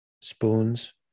spoons